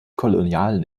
kolonialen